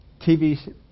TV